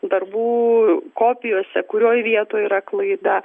darbų kopijose kurioj vietoj yra klaida